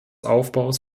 aufbaus